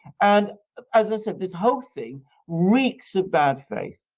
and as i said, this whole thing reeks of bad faith.